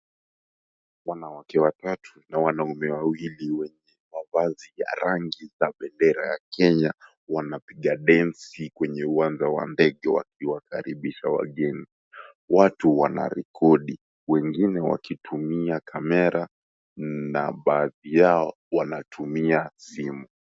Wanawake watatu na wanaume wawili wenye mavazi ya rangi za bendera ya Kenya wanapiga densi kwenye uwanja wa ndege wakiwakaribisha wageni. Watu wanarekodi wengine wakitumia kamera na baadhi yao wanatumia simu.